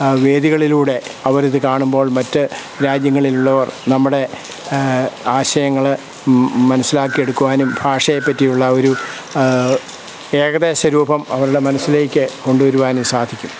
ആ വേദികളിലൂടെ അവർ ഇത് കാണുമ്പോൾ മറ്റ് രാജ്യങ്ങളിലുള്ളവർ നമ്മുടെ ആശയങ്ങൾ മനസ്സിലാക്കിയെടുക്കുവാനും ഭാഷയെപ്പറ്റിയുള്ള ഒരു ഏകദേശ രൂപം അവരുടെ മനസ്സിലേക്ക് കൊണ്ടു വരുവാനും സാധിക്കും